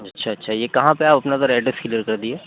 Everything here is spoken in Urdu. اچھا اچھا یہ کہاں پہ آپ اپنا ذرا ایڈریس کلیئر کر دیے